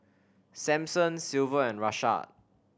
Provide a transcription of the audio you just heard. Samson Silver and Rashaad